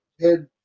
head